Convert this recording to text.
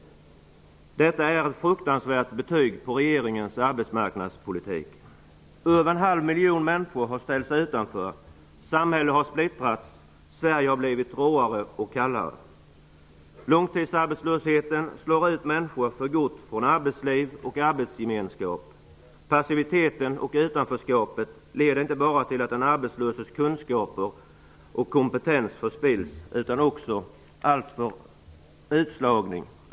Detta är ett fruktansvärt betyg på regeringens arbetsmarknadspolitik. Över en halv miljon människor har ställts utanför. Samhället har splittrats. Sverige har blivit råare och kallare. Långtidsarbetslösheten slår ut människor för gott från arbetsliv och arbetsgemenskap. Passiviteten och utanförskapet leder inte bara till att den arbetslöses kunskaper och kompetens förspills utan också, alltför ofta, till utslagning.